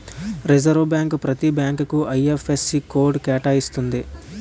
reserve bank ప్రతి బ్యాంకుకు IFSC code కేటాయిస్తుంది